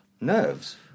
Nerves